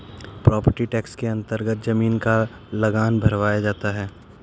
property tax के अन्तर्गत जमीन का लगान भरवाया जाता है